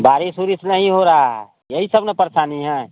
बारिस उरिस नहीं हो रहा है यही सब न परेशानी है